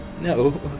No